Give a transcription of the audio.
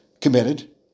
committed